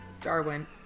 Darwin